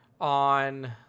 on